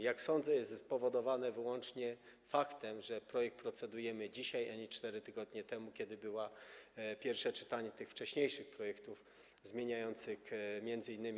Jak sądzę, jest to spowodowane wyłącznie faktem, że nad projektem procedujemy dzisiaj, a nie 4 tygodnie temu, kiedy było pierwsze czytanie tych wcześniejszych projektów zmieniających m.in.